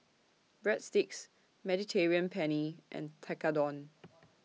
Breadsticks Mediterranean Penne and Tekkadon